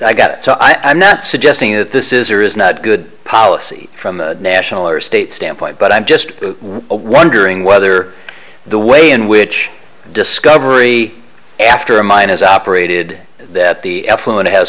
i got it so i'm not suggesting that this is or is not good policy from the national or state standpoint but i'm just wondering whether the way in which discovery after mine is operated that the effluent has